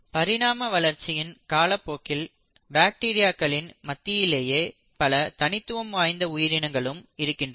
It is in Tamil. பரிணாம வளர்ச்சியின் காலப்போக்கில் பாக்டீரியாக்களின் மத்தியிலேயே பல தனித்துவம் வாய்ந்த உயிரினங்களும் இருக்கின்றன